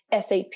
SAP